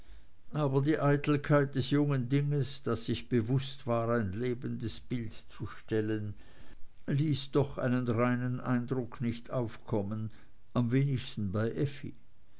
aber die eitelkeit des jungen dinges das sich bewußt war ein lebendes bild zu stellen ließ doch einen reinen eindruck nicht aufkommen am wenigsten bei effi